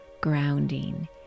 grounding